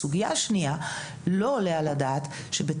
הסוגיה השנייה לא עולה על הדעת שבית